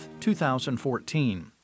2014